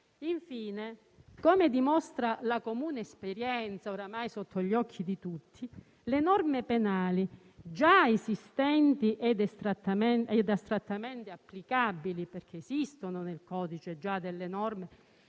Infine, come dimostra la comune esperienza oramai sotto gli occhi di tutti, le norme penali già esistenti e astrattamente applicabili - esistono nel codice già delle norme